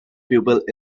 people